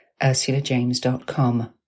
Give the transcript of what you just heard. ursulajames.com